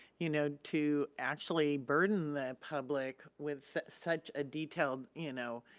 you know, to actually burden the public with such a detailed, you know,